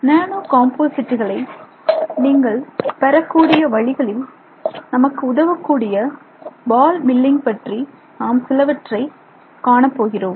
நானோ காம்போசிட்டுகளை நீங்கள் பெறக்கூடிய வழிகளில் நமக்கு உதவக்கூடிய பால் மில்லிங் பற்றி நாம் சிலவற்றைக் காண போகிறோம்